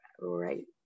right